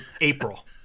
april